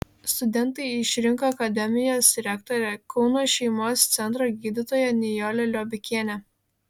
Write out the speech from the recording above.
studentai išrinko akademijos rektorę kauno šeimos centro gydytoją nijolę liobikienę